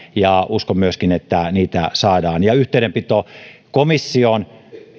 ja uskon että niitä myöskin saadaan yhteydenpito komissioon